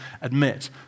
admit